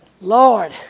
Lord